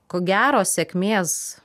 ko gero sėkmės